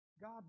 God